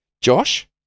Josh